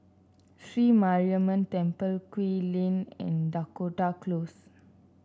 Sri Mariamman Temple Kew Lane and Dakota Close